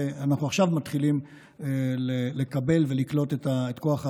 ועכשיו אנחנו מתחילים לקבל ולקלוט את כוח האדם,